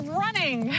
running